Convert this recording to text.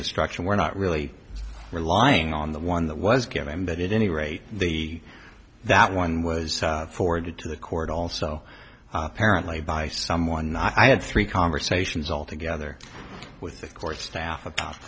instruction we're not really relying on the one that was given that it any rate the that one was forwarded to the court also apparently by someone i had three conversations altogether with the court staff about